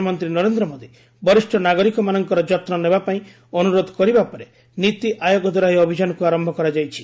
ପ୍ରଧାନମନ୍ତ୍ରୀ ନରେନ୍ଦ୍ର ମୋଦୀ ବରିଷ୍ଣ ନାଗରିକମାନଙ୍କର ଯତ୍ନ ନେବା ପାଇଁ ଅନୁରୋଧ କରିବା ପରେ ନୀତି ଆୟୋଗ ଦ୍ୱାରା ଏହି ଅଭିଯାନକୁ ଆରମ୍ଭ କରାଯାଇଛି